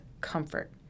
comfort